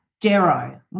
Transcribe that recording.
Darrow